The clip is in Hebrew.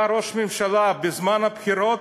אתה ראש ממשלה, בזמן הבחירות,